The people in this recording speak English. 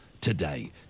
today